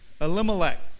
Elimelech